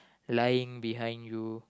lying behind you